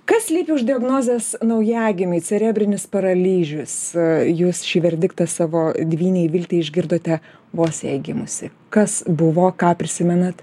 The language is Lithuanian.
kas slypi už diagnozės naujagimiui cerebrinis paralyžius jūs šį verdiktą savo dvynei viltei išgirdote vos jai gimusi kas buvo ką prisimenat